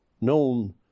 known